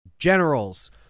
Generals